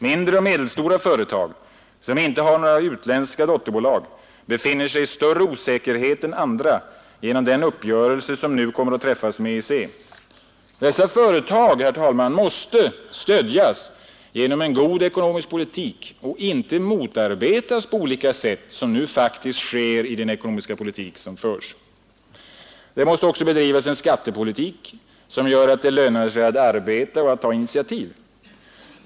Mindre och medelstora företag, som inte har några utländska dotterbolag, befinner sig i större osäkerhet än andra genom den uppgörelse som nu kommer att träffas med EEC. Dessa företag måste, herr talman, stödjas genom en god ekonomisk politik och inte motarbetas på olika sätt som nu faktiskt sker i den ekonomiska politik som förs. Det måste bedrivas en skattepolitik som gör att det lönar sig att arbeta och ta initiativ.